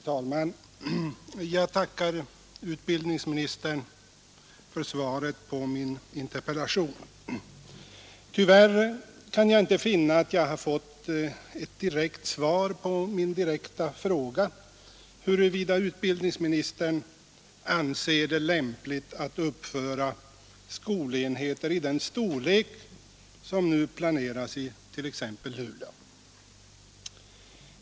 Herr talman! Jag tackar utbildningsministern för svaret på min interpellation. Tyvärr kan jag inte finna att jag fått ett klart svar på min direkta fråga huruvida utbildningsministern anser det lämpligt att Nr 110 uppföra skolenheter i den storlek som nu planeras i t.ex. Luleå.